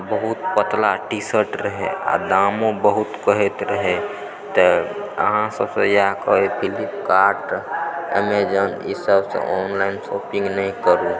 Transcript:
बहुत पतला टीशर्ट रहे आओर दामों बहुत कहैत रहै तऽ अहाँसभसँ इएह कहबय की फ्लिपकार्ट अमेज़ॉन ईसभसँ ऑनलाइन शॉपिंग नहि करू